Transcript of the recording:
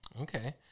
Okay